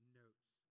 notes